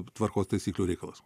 tvarkos taisyklių reikalas